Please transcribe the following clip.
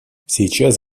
сейчас